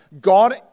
God